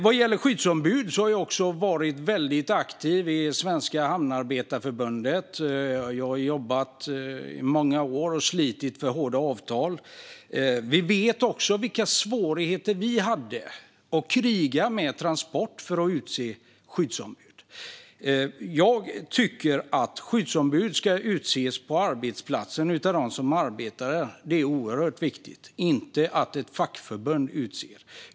Vad gäller skyddsombud har jag varit väldigt aktiv i Svenska Hamnarbetarförbundet och har i många år jobbat och slitit hårt för avtal. Jag vet vilka svårigheter vi hade när vi fick kriga med Transport för att utse skyddsombud. Jag tycker att skyddsombud ska utses på arbetsplatsen, av dem som arbetar där. Det är viktigt. Det ska inte vara fackförbund som utser skyddsombud.